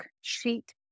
sheet